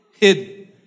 hidden